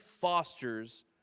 fosters